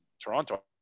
toronto